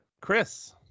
Chris